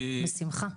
בשמחה.